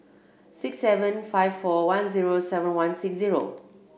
six seven five four one zero seven one six zero